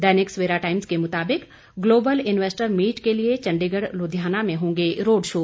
दैनिक Savera Times के मुताबिक global investor meet के लिए चंडीगढ़ लुधियाना में होंगे रोड शो